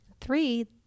three